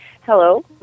Hello